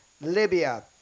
Libya